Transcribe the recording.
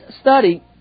study